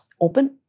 open